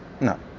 No